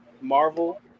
Marvel